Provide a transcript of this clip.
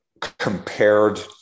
compared